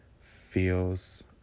feels